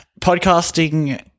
podcasting